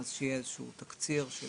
אז שיהיה איזשהו תקציר של